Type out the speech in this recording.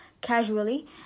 casually